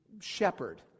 shepherd